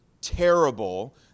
terrible